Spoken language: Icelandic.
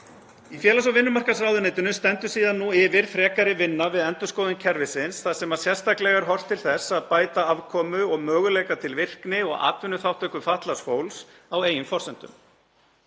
Í félags- og vinnumarkaðsráðuneytinu stendur síðan yfir frekari vinna núna við endurskoðun kerfisins þar sem sérstaklega er horft til þess að bæta afkomu og möguleika til virkni og atvinnuþátttöku fatlaðs fólks á eigin forsendum.